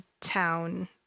town